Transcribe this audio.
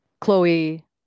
Chloe